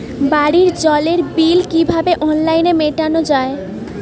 বাড়ির জলের বিল কিভাবে অনলাইনে মেটানো যায়?